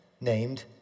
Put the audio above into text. named